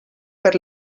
per